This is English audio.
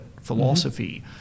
philosophy